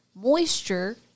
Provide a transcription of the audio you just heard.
Moisture